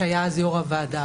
שהיה אז יושב-ראש הוועדה,